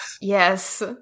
Yes